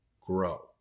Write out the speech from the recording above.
grow